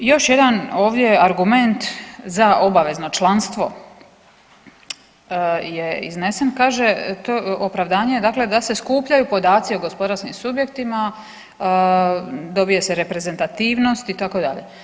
Još jedan ovdje argument za obavezno članstvo je iznesen, kaže, opravdanje je dakle da se skupljaju podaci o gospodarskim subjektima, dobije se reprezentativnost, itd.